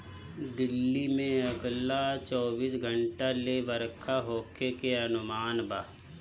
दिल्ली में अगला चौबीस घंटा ले बरखा होखे के अनुमान बा